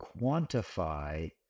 quantify